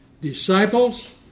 disciples